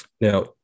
Now